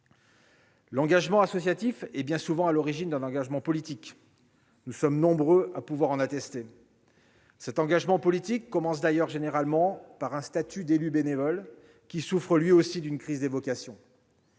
L'engagement associatif est bien souvent à l'origine d'un engagement politique, nous sommes nombreux à pouvoir en attester. Cet engagement politique commence d'ailleurs généralement par un statut d'élu bénévole, qui souffre lui aussi d'une crise des vocations.